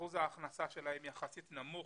אחוז ההכנסה שלהם יחסית נמוך,